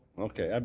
okay, um